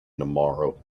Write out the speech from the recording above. tomorrow